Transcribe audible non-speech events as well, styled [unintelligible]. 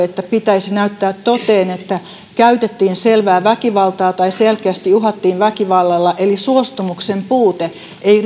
[unintelligible] että pitäisi näyttää toteen että käytettiin selvää väkivaltaa tai selkeästi uhattiin väkivallalla eli suostumuksen puute ei riittänyt